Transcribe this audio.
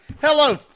hello